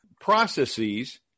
processes